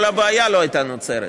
כל הבעיה לא הייתה נוצרת.